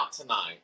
tonight